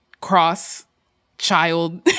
cross-child